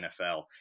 NFL